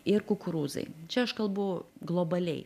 ir kukurūzai čia aš kalbu globaliai